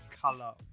Color